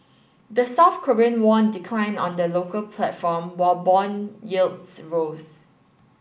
the South Korean won declined on the local platform while bond yields rose